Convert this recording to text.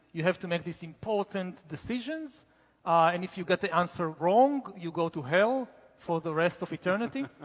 you have to make these important decisions and if you get the answer wrong, you go to hell for the rest of eternity